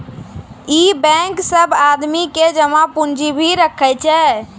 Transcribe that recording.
इ बेंक सब आदमी के जमा पुन्जी भी राखै छै